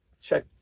check